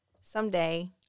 someday